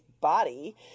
body